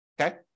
okay